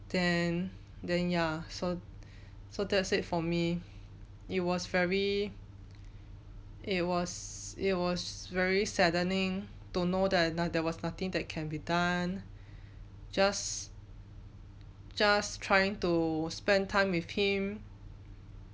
then then ya so so that's it for me it was very it was it was very saddening to know that no~ there was nothing that can be done just just trying to spend time with him